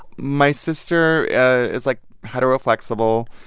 my sister is, like, hetero-flexible.